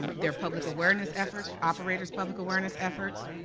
and their public awareness efforts, operator public awareness efforts.